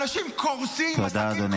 אנשים קורסים -- תודה, אדוני.